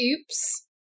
oops